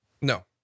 No